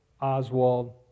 Oswald